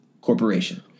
corporation